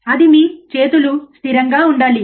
అది మీ చేతులు స్థిరంగా ఉండాలి